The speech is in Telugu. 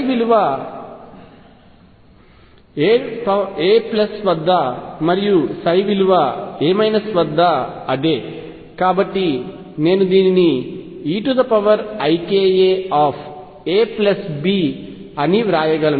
విలువ a వద్ద మరియు విలువ a వద్ద అదే కాబట్టి నేను దీనిని eikaAB అని వ్రాయగలను